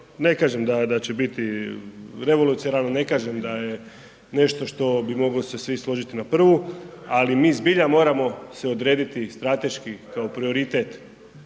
ne kažem da će biti revolucionaran, ne kažem da je nešto što bi mogli se svi složiti na prvu, ali mi zbilja moramo se odrediti strateški kao prioritet